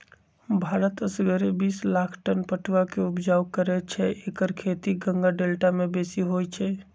भारत असगरे बिस लाख टन पटुआ के ऊपजा करै छै एकर खेती गंगा डेल्टा में बेशी होइ छइ